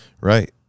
Right